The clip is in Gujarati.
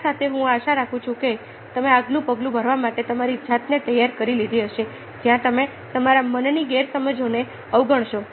આ સાથે હું આશા રાખું છું કે તમે આગલું પગલું ભરવા માટે તમારી જાતને તૈયાર કરી લીધી હશે જ્યાં તમે તમારા મનની ગેરસમજોને અવગણશો